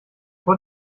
vor